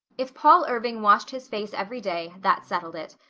if paul irving washed his face every day, that settled it.